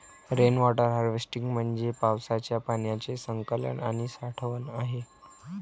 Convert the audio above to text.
rain water harvesting म्हणजे पावसाच्या पाण्याचे संकलन आणि साठवण आहे